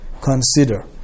Consider